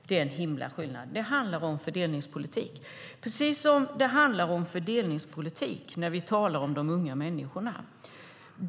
Det är en himla skillnad. Det handlar om fördelningspolitik. Det handlar också om fördelningspolitik när vi talar om de unga människorna.